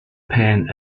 pan